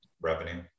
revenue